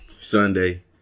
Sunday